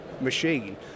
machine